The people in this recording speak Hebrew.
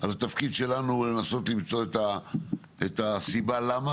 אז התפקיד שלנו הוא לנסות למצוא את הסיבה למה